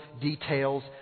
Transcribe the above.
details